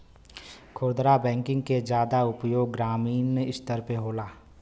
खुदरा बैंकिंग के जादा उपयोग ग्रामीन स्तर पे होला